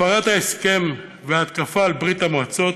הפרת ההסכם וההתקפה על ברית-המועצות